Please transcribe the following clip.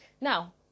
now